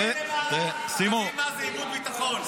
תסתכל למעלה, תבין מה זה איבוד ביטחון.